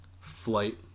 Flight